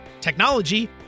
technology